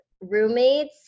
roommates